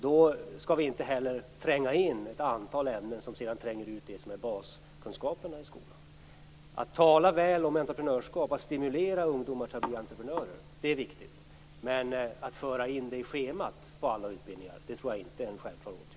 Vi skall inte lägga till ett antal ämnen som sedan tränger ut basämnena i skolan. Att tala väl om entreprenörskap och att stimulera ungdomar till att bli entreprenörer är vikigt, men att föra in det som ämne i schemat på alla utbildningar tror jag inte är en självklar åtgärd.